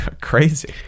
Crazy